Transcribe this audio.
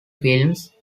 films